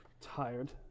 tired